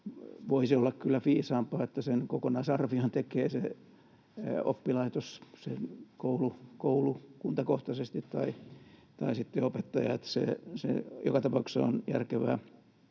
voisi olla kyllä viisaampaa, että sen kokonaisarvion tekee se oppilaitos, koulu- tai kuntakohtaisesti, tai sitten opettaja, eli se joka tapauksessa on järkevää